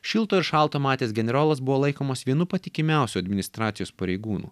šilto ir šalto matęs generolas buvo laikomas vienu patikimiausių administracijos pareigūnų